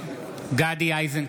(קורא בשמות חברי הכנסת) גדי איזנקוט,